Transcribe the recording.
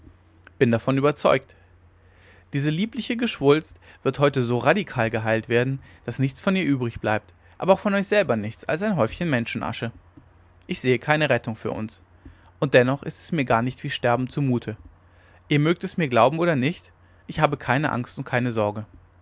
bin überzeugt davon diese liebe geschwulst wird heut so radikal geheilt werden daß nichts von ihr übrig bleibt aber auch von euch selber nichts als ein häufchen menschenasche ich sehe keine rettung für uns und dennoch ist es mir gar nicht wie sterben zu mute ihr mögt es mir glauben oder nicht ich habe keine angst und keine sorge